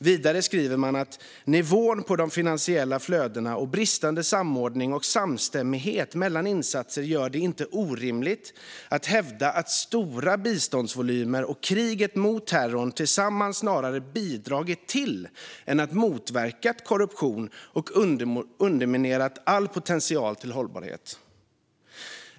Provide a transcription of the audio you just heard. Vidare skriver man: "Nivån på de finansiella flödena och bristande samordning och samstämmighet mellan insatser gör det inte orimligt att hävda att stora biståndsvolymer och kriget mot terrorn tillsammans snarare bidragit till än motverkat korruption och underminerat all potential till hållbarhet."